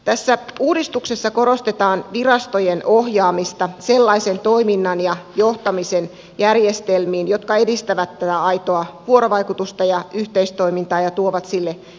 tässä uudistuksessa korostetaan virastojen ohjaamista sellaisen toiminnan ja johtamisen järjestelmiin jotka edistävät tätä aitoa vuorovaikutusta ja yhteistoimintaa ja tuovat sille edellytyksiä